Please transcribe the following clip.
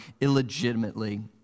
illegitimately